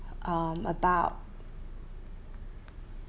um about